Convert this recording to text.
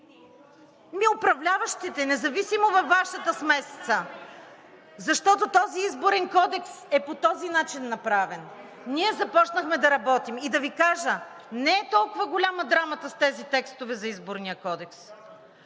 Ами управляващите, независимо във Вашата смесица. Защото този Изборен кодекс е по този начин направен. Ние започнахме да работим и да Ви кажа: не е толкова голяма драмата с тези текстове за Изборния кодекс,